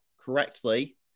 correctly